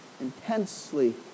Intensely